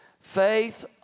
Faith